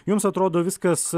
jums atrodo viskas